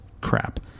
crap